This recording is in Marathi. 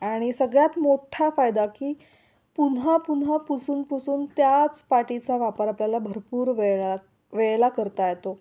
आणि सगळ्यात मोठा फायदा की पुन्हा पुन्हा पुसून पुसून त्याच पाटीचा वापर आपल्याला भरपूर वेळा वेळेला करता येतो